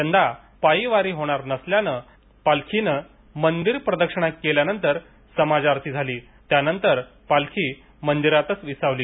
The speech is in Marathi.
यंदा पायी वारी होणार नसल्याने पालखीने मंदिर प्रदक्षिणा केल्यानंतर समाज आरती झाली त्यानंतर पालखी मंदिरातच विसावली